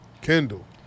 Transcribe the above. Kendall